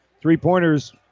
three-pointers